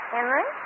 Henry